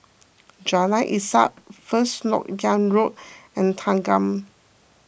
Jalan Ishak First Lok Yang Road and Thanggam